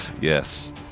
Yes